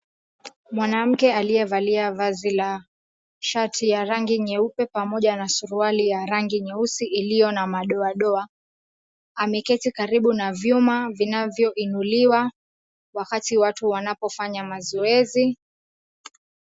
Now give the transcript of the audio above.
Mwanamke aliyevalia vazi la shati ya rangi nyeupe, pamoja na suruali ya rangi nyeusi iliyo na madoadoa, ameketi karibu na vyuma vinavyoinuliwa wakati watu wanapofanya mazoezi.